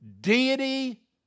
deity